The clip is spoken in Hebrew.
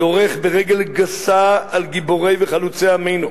הדורך ברגל גסה על גיבורי וחלוצי עמנו,